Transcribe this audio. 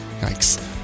Yikes